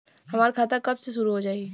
हमार खाता कब से शूरू हो जाई?